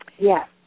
Yes